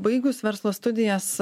baigus verslo studijas